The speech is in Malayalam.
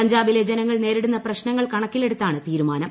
പഞ്ചാബിലെ ജനങ്ങൾ നേരിടുന്ന പ്രശ്നങ്ങൾ കണക്കിലെടുത്താണ് തീരുമാനം